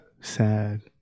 sad